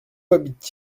habitent